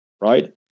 Right